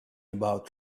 about